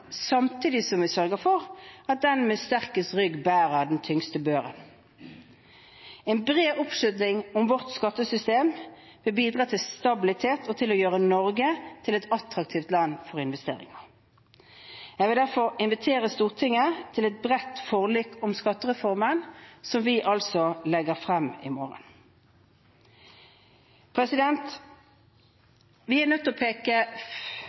samtidig som vi sørger for at den med sterkest rygg bærer den tyngste børen. En bred oppslutning om vårt skattesystem vil bidra til stabilitet og til å gjøre Norge til et attraktivt land for investering. Jeg vil derfor invitere Stortinget til et bredt forlik om skattereformen, som vi altså legger frem i morgen. Vi er nødt til å peke